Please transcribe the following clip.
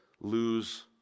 lose